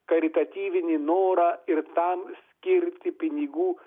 karikatyvinį norą ir tam skirti pinigų